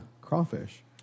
crawfish